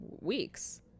weeks